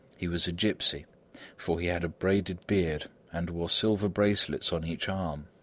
he was a gipsy for he had a braided beard and wore silver bracelets on each arm.